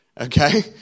Okay